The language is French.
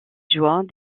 joie